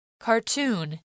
Cartoon